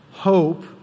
Hope